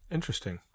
Interesting